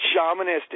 shamanistic